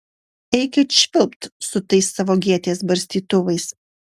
eikit švilpt su tais savo gėtės barstytuvais